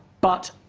but.